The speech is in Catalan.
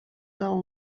del